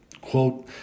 Quote